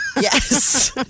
Yes